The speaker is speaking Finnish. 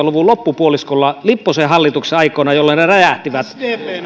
luvun loppupuoliskolla lipposen hallituksen aikoina jolloin ne räjähtivät